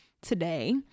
today